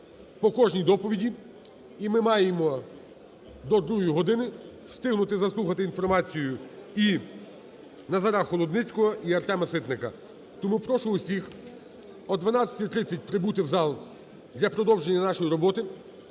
по кожній доповіді. І ми маємо до 2 години встигнути заслухати інформацію і Назара Холодницького, і Артема Ситника. Тому прошу всіх о 12:30 прибути в зал для продовження нашої роботи.